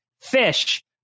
fish